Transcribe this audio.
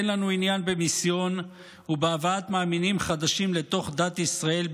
אין לנו עניין במיסיון ובהבאת מאמינים חדשים לתוך דת ישראל,